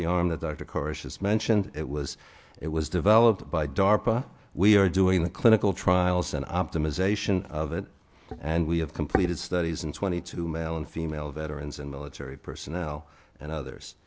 the arm that dr course has mentioned it was it was developed by darpa we are doing the clinical trials an optimization of it and we have completed studies in twenty two male and female veterans and military personnel and others